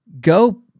Go